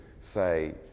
say